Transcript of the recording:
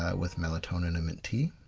ah with melatonin and mint tea.